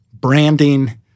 branding